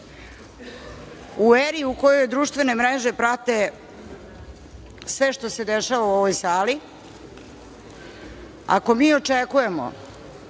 U eri u kojoj društvene mreže prate sve što se dešava u ovoj sali, ako mi očekujemo